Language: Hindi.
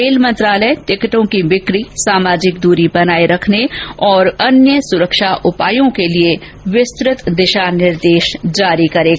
रेल मंत्रालय टिकटों की ब्रिक्री सामाजिक दूरी बनाए रखने और अन्य सुरक्षा उपायों के लिए विस्तृत दिशा निर्देश जारी करेगा